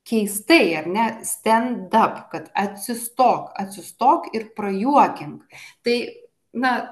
keistai ar ne stend ap kad atsistok atsistok ir prajuokink tai na